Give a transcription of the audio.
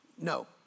No